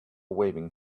waving